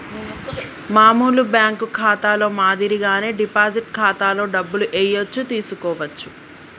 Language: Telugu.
మామూలు బ్యేంకు ఖాతాలో మాదిరిగానే డిపాజిట్ ఖాతాలో డబ్బులు ఏయచ్చు తీసుకోవచ్చు